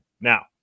Now